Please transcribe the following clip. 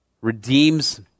redeems